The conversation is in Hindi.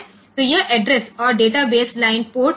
तो यह एड्रेस और डेटा बेस लाइनें पोर्ट पी 3 के लिए हैं